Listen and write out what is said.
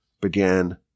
began